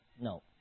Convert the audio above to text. No